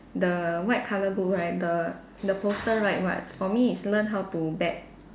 the white colour book right the the poster write what for me is learn how to bet